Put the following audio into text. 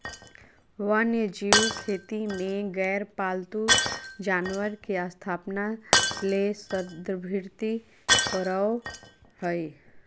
वन्यजीव खेती में गैर पालतू जानवर के स्थापना ले संदर्भित करअ हई